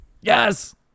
yes